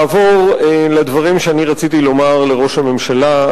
אני אעבור לדברים שרציתי לומר לראש הממשלה.